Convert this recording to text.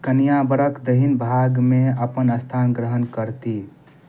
कनिऑं बरक दहिन भागमे अपन स्थान ग्रहण करती